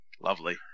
lovely